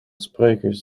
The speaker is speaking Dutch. sprekers